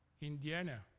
Indiana